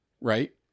Right